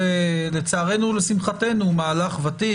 לצערנו או לשמחנו הוא מהלך ותיק,